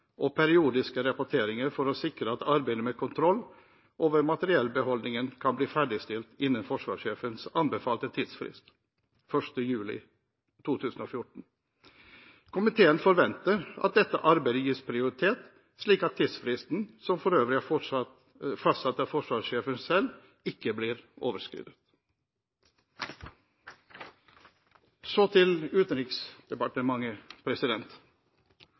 og periodiske rapporteringer for å sikre at arbeidet med kontroll over materiellbeholdningen kan bli ferdigstilt innen forsvarssjefens anbefalte tidsfrist, 1. juli 2014. Komiteen forventer at dette arbeidet gis prioritet, slik at tidsfristen, som for øvrig er fastsatt av forsvarssjefen selv, ikke blir overskredet. Så til Utenriksdepartementet: